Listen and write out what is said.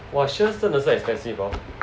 !wah! Shears 真的是 expensive lor